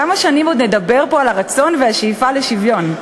כמה שנים עוד נדבר פה על הרצון והשאיפה לשוויון?